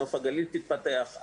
שנוף הגליל תתפתח,